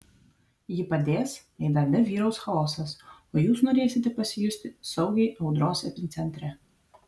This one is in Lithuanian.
ji padės jei darbe vyraus chaosas o jūs norėsite pasijusti saugiai audros epicentre